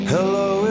Hello